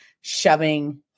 shoving